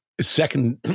Second